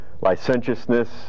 licentiousness